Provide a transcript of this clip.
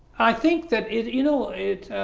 i think that is you know it